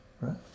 Right